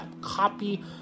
copy